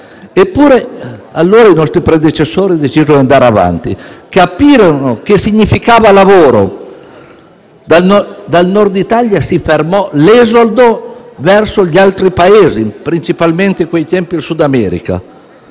Eppure, allora i nostri predecessori decisero di andare avanti: capirono che significava lavoro. Dal Nord Italia si fermò l'esodo verso gli altri Paesi (principalmente, a quei tempi, il Sud America).